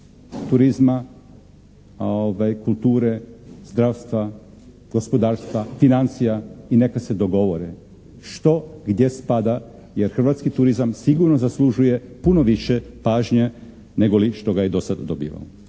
turizma, kulture, zdravstva, gospodarstva, financija i neka se dogovore. Što gdje spada jer hrvatski turizam sigurno zaslužuje puno više pažnje nego li što ga je dosad dobivao.